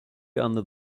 under